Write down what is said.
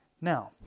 Now